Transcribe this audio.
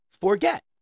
forget